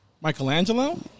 michelangelo